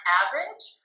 average